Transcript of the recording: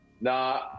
Nah